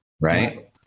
right